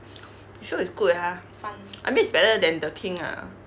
the show is good ah I mean it's better than the king ah